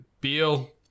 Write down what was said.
Beal